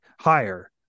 higher